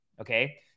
okay